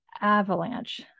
avalanche